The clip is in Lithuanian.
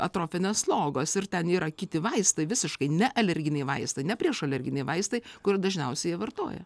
atrofinės slogos ir ten yra kiti vaistai visiškai ne alerginiai vaistai ne prieš alergeniniai vaistai kur dažniausiai jie vartoja